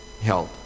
help